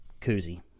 koozie